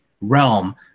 realm